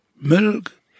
milk